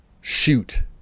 shoot